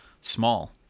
small